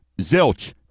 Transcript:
zilch